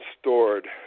stored